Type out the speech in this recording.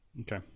Okay